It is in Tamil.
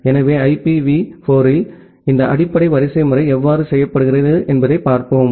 எனவே ஐபிவி4 இல் இந்த அடிப்படை வரிசைமுறை எவ்வாறு செய்யப்படுகிறது என்பதைப் பார்ப்போம்